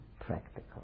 practical